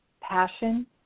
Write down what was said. passion